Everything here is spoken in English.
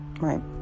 right